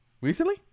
Recently